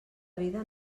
vida